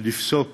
לפסוק